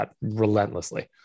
relentlessly